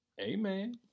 amen